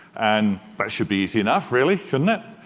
and that should be easy enough really, shouldn't it?